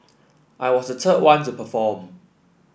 I was the third one to perform